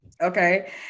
okay